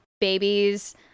babies